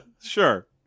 Sure